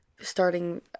starting